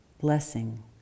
blessing